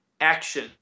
Action